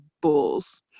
Bulls